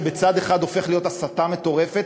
שבצד אחד הופך להיות הסתה מטורפת,